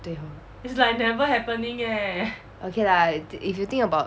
对 hor okay lah if you think about